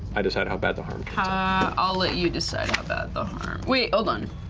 i decide how bad the harm. ally i'll let you decide how bad the harm. wait, hold on.